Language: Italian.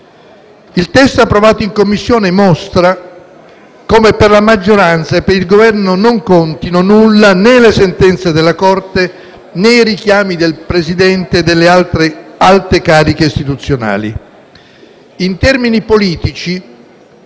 Il testo approvato in Commissione mostra come per la maggioranza e per il Governo non contino nulla né le sentenze della Corte, né i richiami del Presidente e delle alte cariche istituzionali.